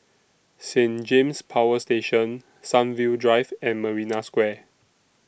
Saint James Power Station Sunview Drive and Marina Square